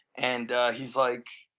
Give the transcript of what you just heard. and he's like,